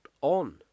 on